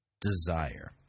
desire